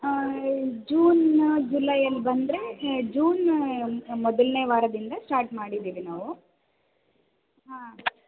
ಹಾಂ ಜೂನ್ ಜುಲೈಯಲ್ಲಿ ಬಂದರೆ ಜೂನ್ ಮೊದಲನೇ ವಾರದಿಂದ ಸ್ಟಾರ್ಟ್ ಮಾಡಿದ್ದೀವಿ ನಾವು ಹಾಂ